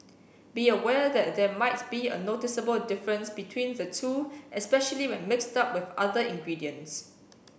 be aware that there might be a noticeable difference between the two especially when mixed up with other ingredients